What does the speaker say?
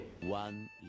One